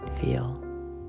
feel